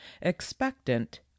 expectant